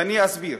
ואני אסביר: